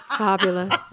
Fabulous